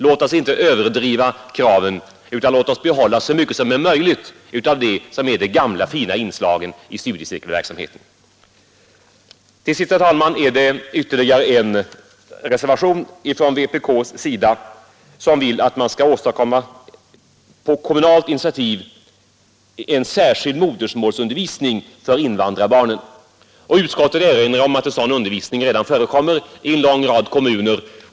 Låt oss inte överdriva kraven utan låt oss behålla så mycket som möjligt av de gamla fina inslagen i studiecirkelverksamheten. Till sist, herr talman, är det ytterligare en reservation från vpk:s sida, enligt vilken man vill att en särskild modersmålsundervisning för invandrarbarnen skall ordnas på kommunalt initiativ. Utskottet erinrar om att en sådan undervisning redan förekommer i en lång rad kommuner.